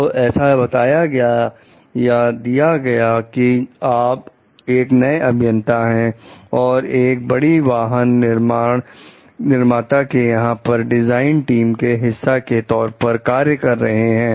तो ऐसा बताया गया या दिया गया कि आप एक नए अभियंता हैं और एक बड़ी वाहन निर्माता के यहां डिजाइन टीम के हिस्से के तौर पर कार्य कर रहे हैं